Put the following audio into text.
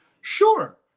sure